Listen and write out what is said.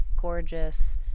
gorgeous